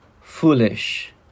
foolish